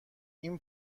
این